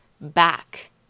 back